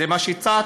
זה מה שהצעת,